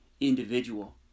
individual